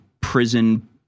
prison